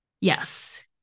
Yes